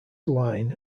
line